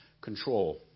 control